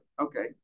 okay